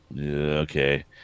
okay